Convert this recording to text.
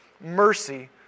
mercy